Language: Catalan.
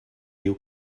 diu